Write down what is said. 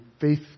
Faith